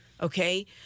Okay